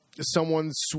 someone's